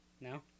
No